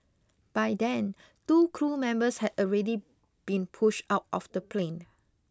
by then two crew members had already been pushed out of the plane